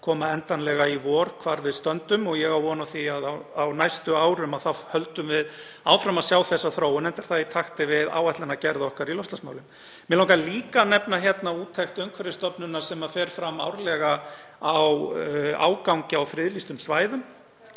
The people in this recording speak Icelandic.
koma endanlega í vor hvar við stöndum. Ég á von á því að á næstu árum höldum við áfram að sjá þessa þróun, enda er það í takti við áætlanagerð okkar í loftslagsmálum. Mig langar líka að nefna úttekt Umhverfisstofnunar sem fer fram árlega á ágangi á friðlýstum svæðum.